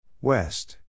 West